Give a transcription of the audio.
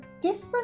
different